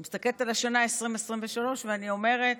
אני מסתכלת על השנה, 2023, ואני אומרת: